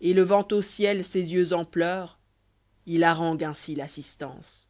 et levant au ciel ses yeux en pleurs il harangue ainsi l'assistance